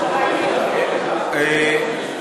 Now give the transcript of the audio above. אה.